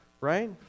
right